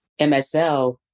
MSL